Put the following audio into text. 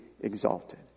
exalted